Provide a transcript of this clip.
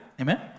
Amen